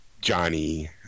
Johnny